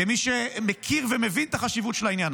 כמי שמכיר ומבין את החשיבות של העניין